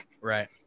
Right